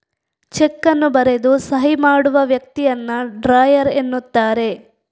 check ಅನ್ನು ಬರೆದು ಸಹಿ ಮಾಡುವ ವ್ಯಕ್ತಿಯನ್ನ ಡ್ರಾಯರ್ ಎನ್ನುತ್ತಾರೆ